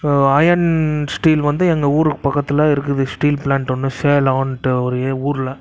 iron steel வந்து எங்கள் ஊருக்கு பக்கத்தில் இருக்குது ஸ்டீல் பிளான்ட் ஒன்று சேலம்ன்ட்டு ஒரு ஊரில்